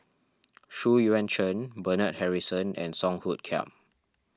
Xu Yuan Zhen Bernard Harrison and Song Hoot Kiam